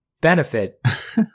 benefit